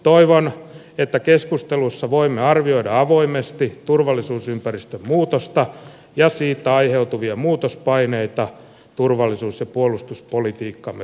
toivon että keskustelussa voimme arvioida avoimesti turvallisuusympäristön muutosta ja siitä aiheutuvia muutospaineita turvallisuus ja puolustuspolitiikkamme vahvistamiseksi